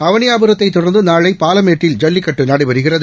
அவனியாபுரத்தை தொடர்ந்து நாளை பாலமேட்டில் ஜல்லிக்கட்டு நடைபெறுகிறது